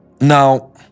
Now